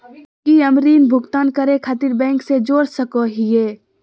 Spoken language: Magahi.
की हम ऋण भुगतान करे खातिर बैंक से जोड़ सको हियै?